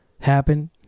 happen